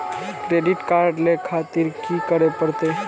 Credit card ले खातिर की करें परतें?